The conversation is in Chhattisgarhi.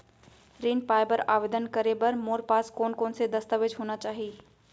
ऋण पाय बर आवेदन करे बर मोर पास कोन कोन से दस्तावेज होना चाही?